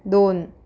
दोन